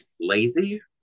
lazy